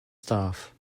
staff